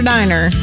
Diner